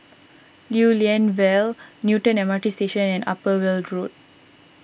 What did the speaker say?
Lew Lian Vale Newton M R T Station and Upper Weld Road